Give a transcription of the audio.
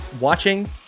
watching